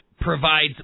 provides